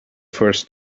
first